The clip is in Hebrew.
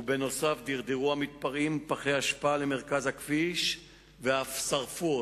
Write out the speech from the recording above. ונוסף על כך דרדרו המתפרעים פחי אשפה למרכז הכביש ואף שרפו אותם.